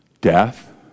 death